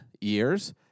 years